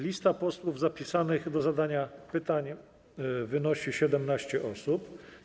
Lista posłów zapisanych do zadania pytań liczy 17 osób.